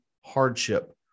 hardship